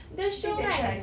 the show kan